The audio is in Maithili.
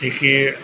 जे कि